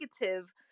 negative